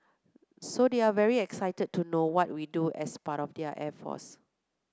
so they're very excited to know what we do as part of the air force